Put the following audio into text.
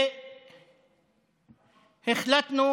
והחלטנו